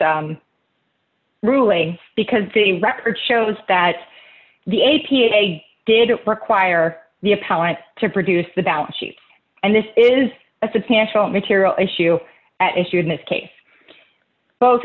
s ruling because the record shows that the a p a did require the appellant to produce the balance sheets and this is a substantial material issue at issue in this case both